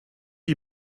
you